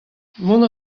mont